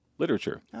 literature